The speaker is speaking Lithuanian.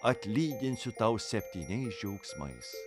atlyginsiu tau septyniais džiaugsmais